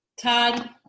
Todd